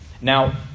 Now